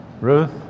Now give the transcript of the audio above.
Ruth